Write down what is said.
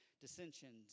dissensions